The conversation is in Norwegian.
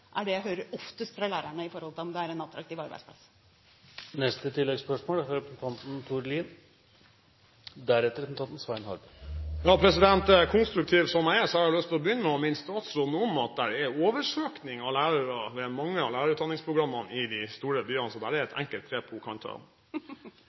er det jeg hører oftest fra lærerne i spørsmålet om skolen er en attraktiv arbeidsplass. Tord Lien – til oppfølgingsspørsmål. Konstruktiv som jeg er, har jeg lyst til å begynne med å minne statsråden om at det er oversøkning av lærere ved mange av lærerutdanningsprogrammene i de store byene, så det er